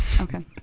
Okay